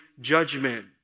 judgment